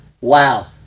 wow